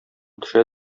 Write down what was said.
төшә